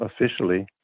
officially